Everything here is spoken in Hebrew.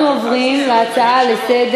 תבטל.